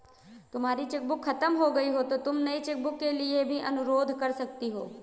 तुम्हारी चेकबुक खत्म हो गई तो तुम नई चेकबुक के लिए भी अनुरोध कर सकती हो